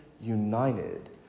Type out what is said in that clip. united